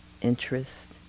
interest